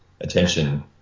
attention